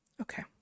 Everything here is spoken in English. okay